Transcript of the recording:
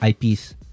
IPs